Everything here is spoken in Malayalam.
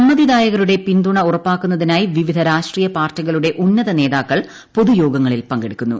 സമ്മതിദായകരുടെ പിൻതുണ ഉറപ്പാക്കുന്നതിനായി വിവിധ രാഷ്ട്രീയ പാർട്ടികളുടെ ഉന്നത നേതാക്കൾ പൊതുയോഗങ്ങളിൽ പങ്കെടുക്കുന്നു